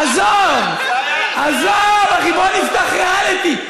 עזוב, עזוב, אחי, בוא נפתח ריאליטי.